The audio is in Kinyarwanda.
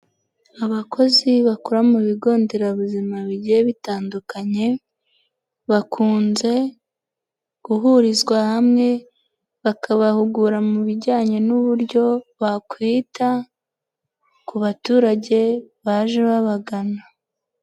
Abakozi bakora mu bigo nderabuzima bigiye bitandukanye, bakunze guhurizwa hamwe bakabahugura mu bijyanye n'uburyo bakwita ku baturage baje babagana.